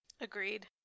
agreed